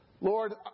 Lord